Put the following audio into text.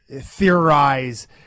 theorize